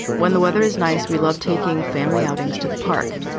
when the weather is nice? we love taking family outings to the park.